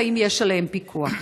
האם יש עליהם פיקוח?